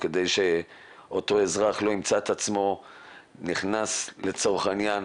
כדי שאותו אזרח לא ימצא את עצמו נכנס לצורך העניין